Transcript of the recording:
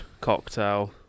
Cocktail